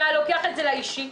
אתה לוקח את זה לרמה האישית.